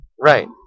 Right